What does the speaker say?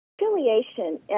Affiliation